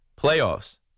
playoffs